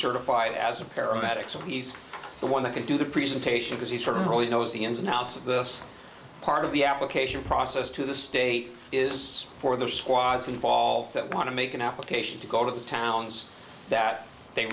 certified as a paramedic so he's the one that can do the presentation as he certainly knows the ins and outs of this part of the application process to the state is for the squads involved that want to make an application to go to the towns that they